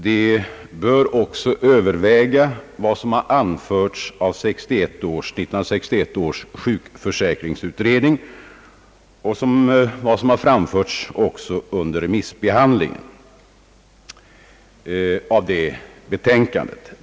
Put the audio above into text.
De bör också överväga vad som har anförts av 1961 års sjukförsäkringsutredning och under remissbehandlingen av dess betänkande.